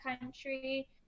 country